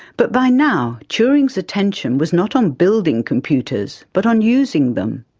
but by now turing's attention was not on building computers but on using them.